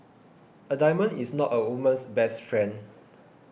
a diamond is not a woman's best friend